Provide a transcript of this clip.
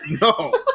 No